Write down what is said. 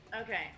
Okay